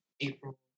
April